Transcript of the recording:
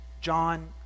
John